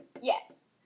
Yes